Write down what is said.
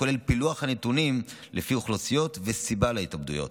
כולל פילוח הנתונים לפי אוכלוסיות וסיבה להתאבדויות.